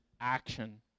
action